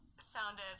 sounded